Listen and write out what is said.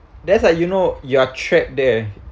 there's like you know you're trapped there